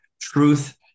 truth